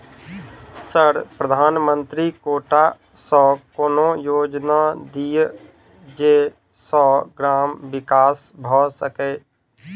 Sir प्रधानमंत्री quota सऽ कोनो योजना दिय जै सऽ ग्रामक विकास भऽ सकै?